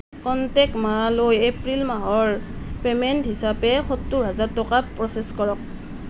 contact মালৈ April মাহৰ payment হিচাপে সত্তৰ হাজাৰ টকা প্ৰচেছ কৰক